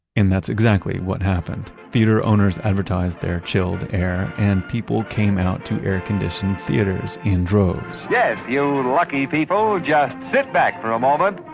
and that's exactly what happened. theater owners advertised their chilled air, and people came out to air-conditioned theaters in droves yes, you lucky people. just sit back for a moment.